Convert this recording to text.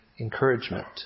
encouragement